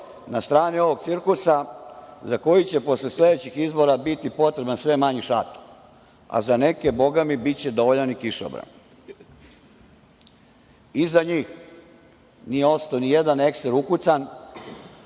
na strani ovog cirkusa za koji će posle sledećih izbora biti potreban sve manji šator, a za neke bogami biće dovoljan i kišobran. Iza njih nije ostao nijedan ekser ukucan.